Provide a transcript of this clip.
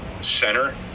center